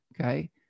okay